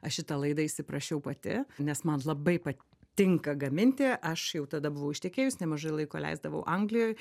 aš į tą laidą įsiprašiau pati nes man labai patinka gaminti aš jau tada buvau ištekėjus nemažai laiko leisdavau anglijoj